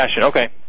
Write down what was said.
okay